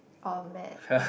or maths